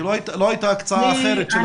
לא הייתה הקצאה אחרת.